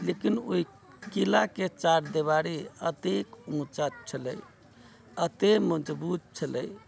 लेकिन ओहि किलाके चारदीवारी अतेक ऊँचा छलै अते मजबूत छलै